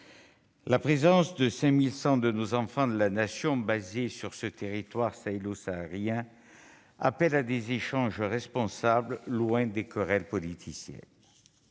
La présence de 5 100 enfants de la Nation sur ce territoire sahélo-saharien appelle à des échanges responsables, loin des querelles politiciennes.